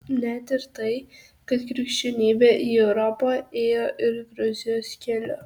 net ir tai kad krikščionybė į europą ėjo ir gruzijos keliu